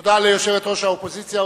תודה ליושבת-ראש האופוזיציה.